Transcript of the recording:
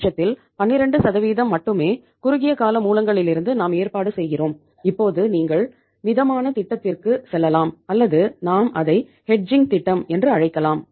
ஈ திட்டம் என்று அழைக்கலாம்